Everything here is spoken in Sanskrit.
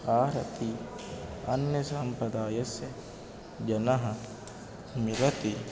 आरति अन्यसम्प्रदायस्य जनः मिलति